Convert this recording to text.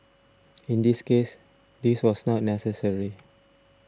in this case this was not necessary